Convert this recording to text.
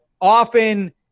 often